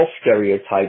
stereotypes